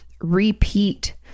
repeat